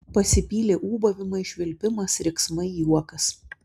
pasipylė ūbavimai švilpimas riksmai juokas